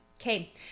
Okay